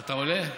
אתה עולה?